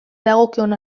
dagokion